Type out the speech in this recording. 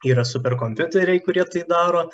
yra superkompiuteriai kurie tai daro